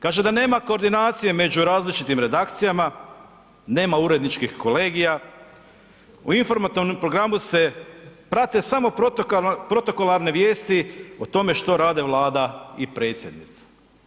Kaže da nema koordinacije među različitim redakcijama, nema uredničkih kolegija, u informativnom programu se prate samo protokolarne vijesti o tome što radi Vlada i Predsjednica.